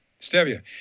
Stevia